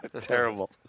Terrible